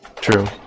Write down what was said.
True